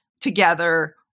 together